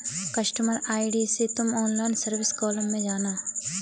customer ID से तुम online service column में जाना